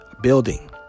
building